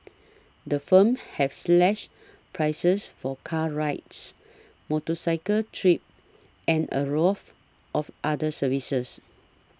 the firms have slashed prices for car rides motorcycle trips and a raft of other services